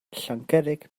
llangurig